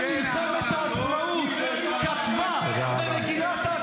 קלנר (הליכוד): איפה אתה ואיפה גולדה?